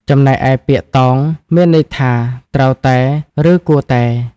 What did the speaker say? ចំណែកឯ ពាក្យ "តោង" មានន័យថា ត្រូវតែ ឬគួរតែ។